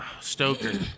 Stoker